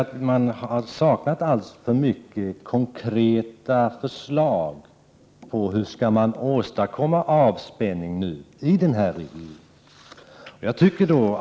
Det har saknats konkreta förslag på hur man skall åstadkomma avspänning i denna region.